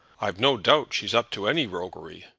i've no doubt she's up to any roguery.